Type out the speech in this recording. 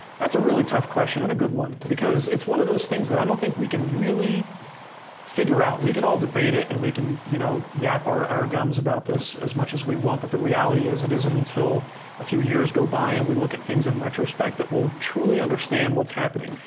that's a really tough question and a good one, because it's one of those things that, i don't think, we can really figure out. we can all debate it, and we can you know yap our our gums about this as much as we want, but the reality is, it isn't until a few years go by and we look at things in retrospect that we'll truly understand what's happening.